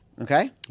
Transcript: okay